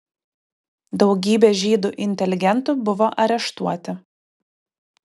daugybė žydų inteligentų buvo areštuoti